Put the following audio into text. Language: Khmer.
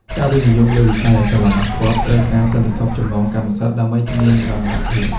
ការវិនិយោគលើវិស័យអចលនទ្រព្យត្រូវការ "សន្តិសុខចំណងកម្មសិទ្ធិ" ដើម្បីធានានិរន្តរភាព។